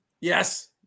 Yes